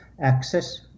access